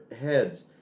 heads